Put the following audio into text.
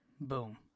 Boom